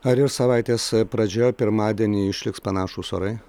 ar ir savaitės pradžioje pirmadienį išliks panašūs orai